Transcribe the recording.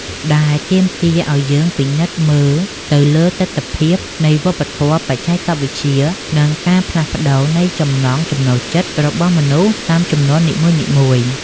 ដែលទាមទារឱ្យយើងពិនិត្យមើលទៅលើទិដ្ឋភាពនៃវប្បធម៌ បច្ចេកវិទ្យា និងការផ្លាស់ប្តូរនៃចំណង់ចំណូលចិត្តរបស់មនុស្សតាមជំនាន់នីមួយៗ។